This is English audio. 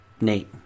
Nate